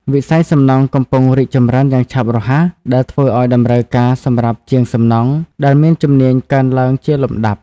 វិស័យសំណង់កំពុងរីកចម្រើនយ៉ាងឆាប់រហ័សដែលធ្វើឱ្យតម្រូវការសម្រាប់ជាងសំណង់ដែលមានជំនាញកើនឡើងជាលំដាប់។